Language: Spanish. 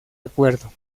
acuerdo